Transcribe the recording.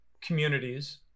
Communities